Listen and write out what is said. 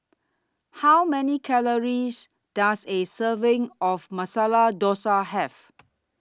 How Many Calories Does A Serving of Masala Dosa Have